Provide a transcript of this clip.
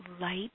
light